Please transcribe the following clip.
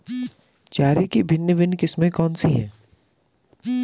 चारे की भिन्न भिन्न किस्में कौन सी हैं?